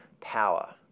power